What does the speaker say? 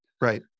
Right